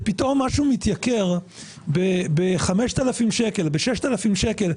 כשפתאום משהו מתייקר ב-5,000 שקל או ב-6,000 שקל,